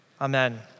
amen